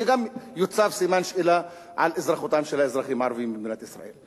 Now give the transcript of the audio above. גם יוצב סימן שאלה על אזרחותם של האזרחים הערבים במדינת ישראל.